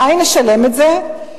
מאין נשלם את זה?